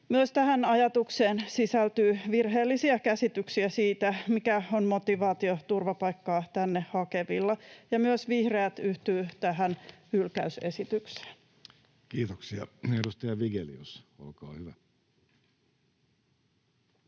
Myös tähän ajatukseen sisältyy virheellisiä käsityksiä siitä, mikä on motivaatio turvapaikkaa täältä hakevilla. Myös vihreät yhtyvät tähän hylkäysesitykseen. [Speech 90] Speaker: Jussi Halla-aho